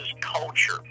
culture